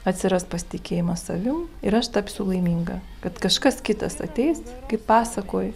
atsiras pasitikėjimas savim ir aš tapsiu laiminga kad kažkas kitas ateis kaip pasakoj